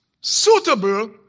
suitable